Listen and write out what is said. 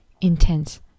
intense